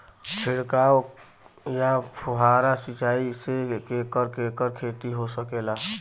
छिड़काव या फुहारा सिंचाई से केकर केकर खेती हो सकेला?